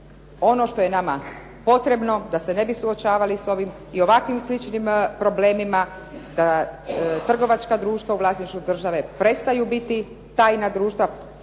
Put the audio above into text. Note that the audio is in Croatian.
ono što je nama potrebno da se ne bi suočavali s ovim i ovakvim sličnim problemima, trgovačka društva u vlasništvu države prestaju biti tajna društva,